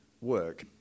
work